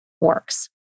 works